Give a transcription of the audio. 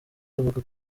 bavuga